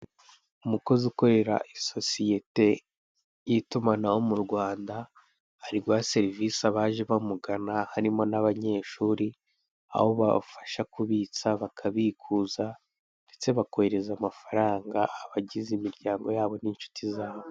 Umukozi ukorera isosiyete y'itumanaho mu Rwanda, ari guha serivise abaje bamugana harimo n'abanyeshuri. Aho abafasha kubitsa, bakabikuza ndetse bakohereza amafaranga abagize imiryango yabo n'inshuti zabo.